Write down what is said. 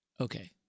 Okay